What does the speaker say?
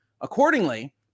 Accordingly